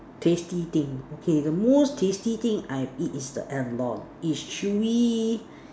tasty thing okay the most tasty thing I've ate is the abalone it's chewy